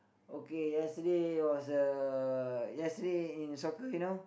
okay yesterday was a yesterday in soccer you know